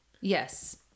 Yes